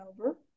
over